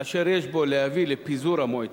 אשר יש בה להביא לפיזור המועצות.